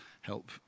help